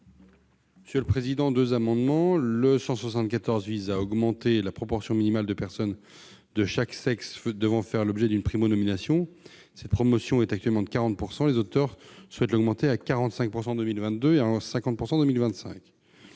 de la commission ? L'amendement n° 174 rectifié vise à augmenter la proportion minimale de personnes de chaque sexe devant faire l'objet d'une primo-nomination. La proportion est actuellement de 40 %. Les auteurs souhaitent l'augmenter à 45 % en 2022, puis 50 % en 2025.